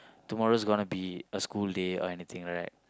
tomorrow's gonna be a school day or anything right